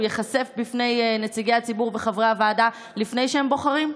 הוא ייחשף בפני נציגי הציבור וחברי הוועדה לפני שהם בוחרים?